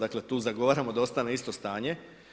Dakle tu zagovaramo da ostane isto stanje.